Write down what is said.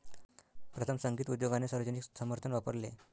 प्रथम, संगीत उद्योगाने सार्वजनिक समर्थन वापरले